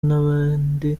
n’abandi